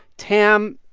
tam,